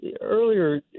earlier